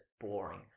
boring